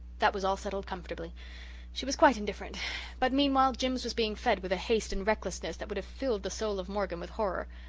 that was all settled comfortably she was quite indifferent but meanwhile jims was being fed with a haste and recklessness that would have filled the soul of morgan with horror.